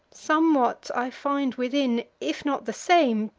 somewhat i find within, if not the same,